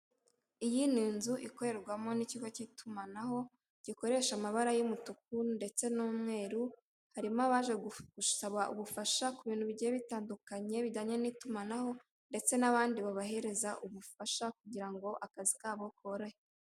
Iyi ni inzu ikorerwamo n'ikigo cy'itumanaho, gukoresha amabara y'umutuku ndetse n'umweru, harimo abaje gusaba ubufasha ku bintu bigiye bitandukanye bijyanye n'itumanaho, ndetse n'abandi babahereza ubufasha kugira ngo akazi kabo korohe.